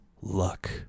luck